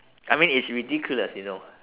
I mean it's ridiculous you know